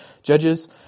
Judges